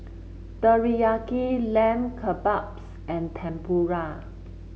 Teriyaki Lamb Kebabs and Tempura